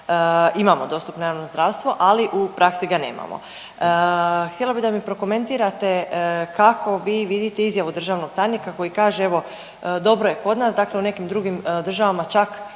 imamo dostupno javno zdravstvo, ali u praksi ga nemamo. Htjela bi da mi prokomentirate kako vi vidite izjavu državnog tajnika koji kaže evo dobro je kod nas, dakle u nekim drugim državama čak